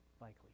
Likely